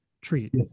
treat